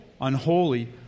unholy